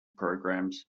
programs